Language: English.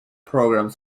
programs